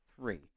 three